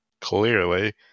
clearly